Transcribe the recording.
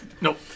Nope